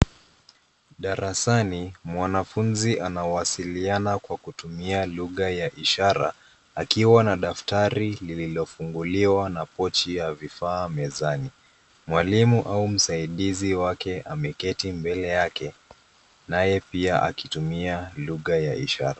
Darasani, mwanafunzi anawasiliana kwa kutumia lugha ya ishara akiwa na daftari lililofunguliwa na pochi ya vifaa mezani. Mwalimu au msaidizi wake ameketi mbele yake naye pia anatumia lugha ya ishara.